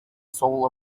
soul